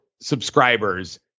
subscribers